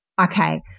Okay